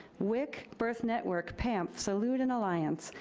wic, birth network, pamf, salud, and alliance,